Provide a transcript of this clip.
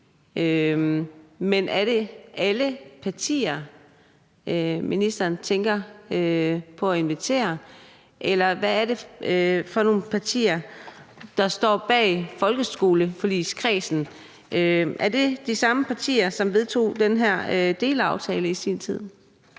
Men er det alle partier, ministeren tænker på at invitere? Eller hvad er det for nogle partier, der står bag folkeskoleforligskredsen? Er det de samme partier, som vedtog den her delaftale i sin tid?